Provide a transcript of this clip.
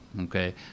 okay